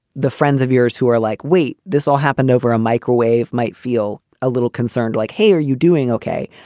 the friends of yours who are like, wait, this all happened over a microwave might feel a little concerned like, hey, are you doing okay?